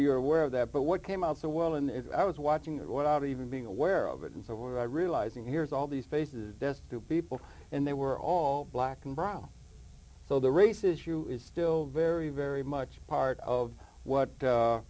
you're aware of that but what came out so well and i was watching it without even being aware of it and so what i realize in here is all these faces death to people and they were all black and brown so the race issue is still very very much part of what